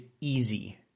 easy